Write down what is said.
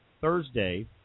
Thursday